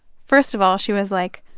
first of all, she was like,